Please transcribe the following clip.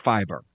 Fiber